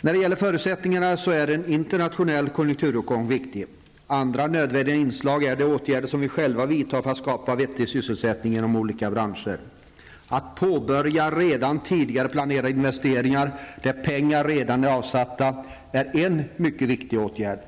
När det gäller förutsättningarna är en internationell konjunkturuppgång viktig. Andra nödvändiga inslag är de åtgärder som vi själva vidtar för att skapa vettig sysselsättning inom olika branscher. Att påbörja redan tidigare planerade investeringar, där medel redan är avsatta, är en viktig åtgärd.